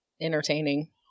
entertaining